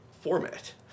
Format